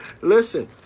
Listen